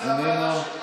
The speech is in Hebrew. אנחנו לא נענה.